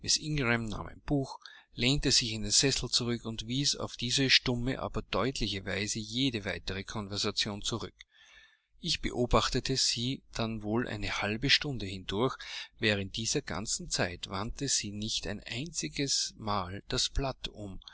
lehnte sich in den sessel zurück und wies auf diese stumme aber deutliche weise jede weitere konversation zurück ich beobachtete sie dann wohl eine halbe stunde hindurch während dieser ganzen zeit wandte sie nicht ein einzigesmal das blatt um